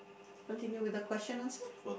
continue with the question answer